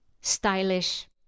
stylish